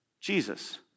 Jesus